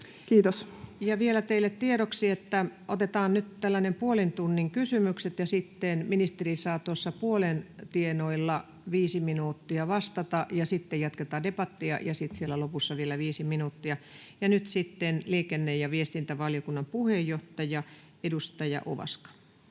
Content: Vielä teille tiedoksi, että otetaan nyt puolen tunnin kysymykset ja sitten ministeri saa puolen tienoilla viisi minuuttia vastata ja sitten jatketaan debattia ja sitten lopussa vielä viisi minuuttia. — Nyt sitten liikenne- ja viestintävaliokunnan puheenjohtaja, edustaja Ovaska.